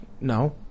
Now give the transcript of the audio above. no